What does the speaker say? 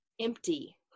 empty